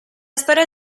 storia